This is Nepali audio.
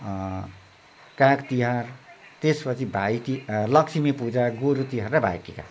काग तिहार त्यसपछि भाइटिका लक्ष्मी पूजा गोरुतिहार र भाइटिका